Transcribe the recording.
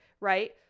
right